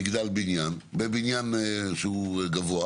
בבניין גבוה